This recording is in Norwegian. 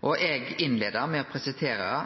Eg innleia med å